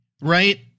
right